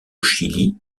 chili